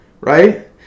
right